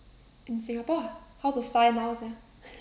in singapore lah how to fly miles sia